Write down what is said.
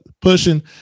pushing